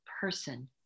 person